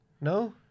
No